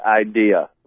idea